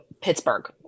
Pittsburgh